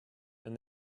and